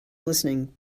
listening